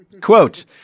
Quote